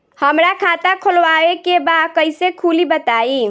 हमरा खाता खोलवावे के बा कइसे खुली बताईं?